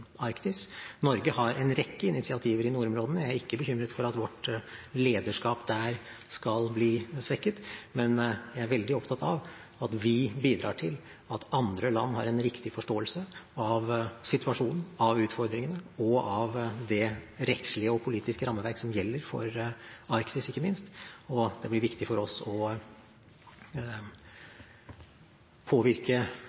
Arktis. Norge har en rekke initiativer i nordområdene, så jeg er ikke bekymret for at vårt lederskap der skal bli svekket. Men jeg er veldig opptatt av at vi bidrar til at andre land har en riktig forståelse av situasjonen, av utfordringene og av det rettslige og politiske rammeverk som gjelder for Arktis, ikke minst. Og det blir viktig for oss å påvirke